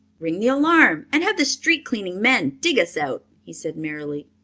ring the alarm and have the street-cleaning men dig us out, he said merrily.